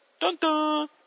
Dun-dun